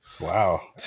Wow